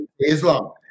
Islam